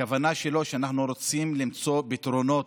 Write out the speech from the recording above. הכוונה שלו היא שאנחנו רוצים למצוא פתרונות,